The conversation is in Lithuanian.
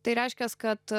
tai reiškias kad